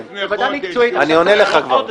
-- בוועדה מקצועית --- אני עונה לך כבר.